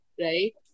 right